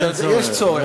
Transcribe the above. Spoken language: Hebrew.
יש צורך.